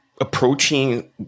approaching